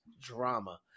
drama